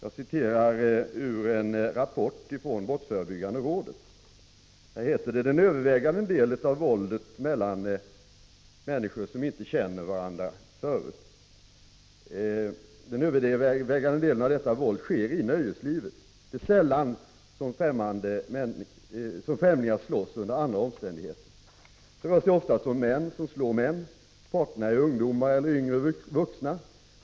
Brottsförebyggande rådet skriver följande i en rapport: Den övervägande delen av våldet mellan människor som inte känner varandra förut sker i nöjeslivet. Det är sällan som främlingar slåss under andra omständigheter. Det rör sig oftast om män som slår män. Parterna är ungdomar eller yngre vuxna.